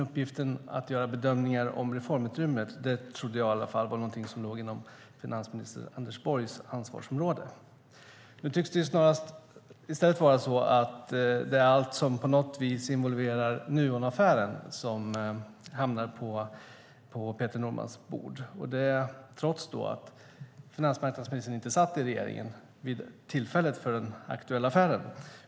Uppgiften att göra bedömningar om reformutrymmet trodde jag i varje fall var någonting som låg inom finansminister Anders Borgs ansvarsområde. Nu tycks det i stället vara så att allt som på något vis involverar Nuonaffären hamnar på Peter Normans bord. Det gör det trots att finansmarknadsministern inte satt i regeringen vid tillfället för den aktuella affären.